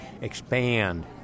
expand